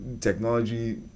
technology